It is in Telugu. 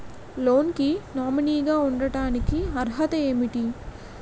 లోన్ కి నామినీ గా ఉండటానికి అర్హత ఏమిటి?